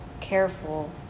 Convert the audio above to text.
careful